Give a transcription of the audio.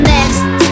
Next